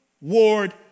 Ward